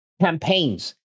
campaigns